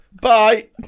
Bye